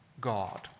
God